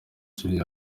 julien